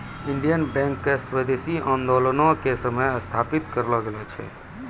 Indian bank के स्वदेशी आन्दोलनो के समय स्थापित करलो गेलो छै